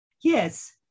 Yes